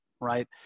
Right